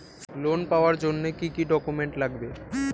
Loan পাওয়ার জন্যে কি কি ডকুমেন্ট লাগবে?